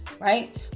right